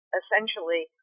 essentially